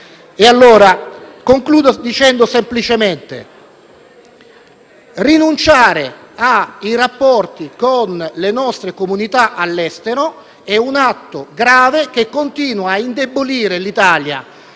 Concludo dicendo semplicemente che rinunciare ai rapporti con le nostre comunità all'estero è un atto grave che continua a indebolire l'Italia